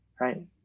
Right